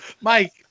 Mike